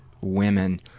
women